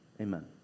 Amen